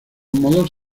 modos